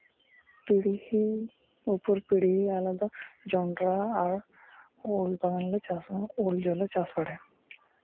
ᱯᱤᱲᱦᱤ ᱩᱯᱚᱨ ᱯᱤᱲᱦᱤ ᱟᱞᱮᱫᱚ ᱡᱚᱱᱰᱨᱟ ᱟᱨ ᱩᱞ ᱵᱟᱜᱟᱱᱞᱮ ᱪᱟᱥᱼᱟ ᱩᱞ ᱡᱚ ᱞᱮ ᱪᱟᱥ ᱵᱟᱲᱟᱭᱟ